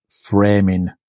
framing